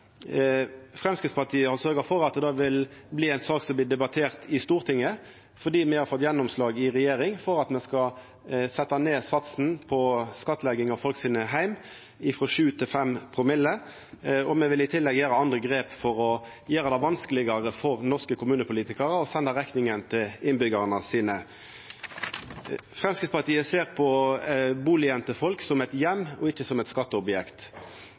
Framstegspartiet har sørgt for at det blir ei sak som blir debattert i Stortinget, fordi me har fått gjennomslag i regjering for å setja ned satsen på skattlegginga av heimane til folk, frå sju til fem promille. Me vil i tillegg ta andre grep for å gjera det vanskelegare for norske kommunepolitikarar å senda rekninga til innbyggjarane sine. Framstegspartiet ser på bustaden til folk som ein heim og ikkje eit skatteobjekt.